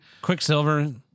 Quicksilver